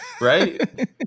Right